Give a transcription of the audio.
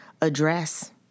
address